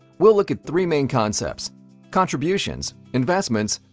we'll look at three main concepts contributions, investments,